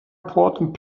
important